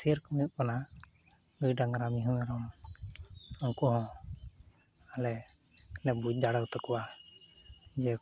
ᱥᱮ ᱨᱚᱠᱚᱢ ᱦᱩᱭᱩᱜ ᱠᱟᱱᱟ ᱜᱟᱹᱭ ᱰᱟᱝᱜᱽᱨᱟ ᱢᱤᱦᱩ ᱢᱮᱨᱚᱢ ᱩᱝᱠᱩ ᱦᱚᱸ ᱟᱞᱮ ᱞᱮ ᱵᱩᱡᱽ ᱫᱟᱲᱮᱣᱟᱛᱟ ᱠᱚᱣᱟ ᱡᱮ